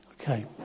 Okay